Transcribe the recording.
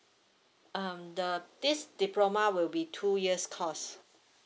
um the this diploma will be two years course